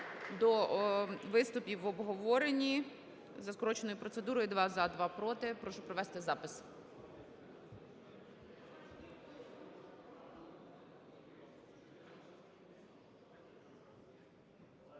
до виступів в обговоренні за скороченою процедурою: два – за, два – проти. Прошу провести запис.